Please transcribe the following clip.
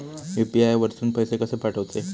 UPI वरसून पैसे कसे पाठवचे?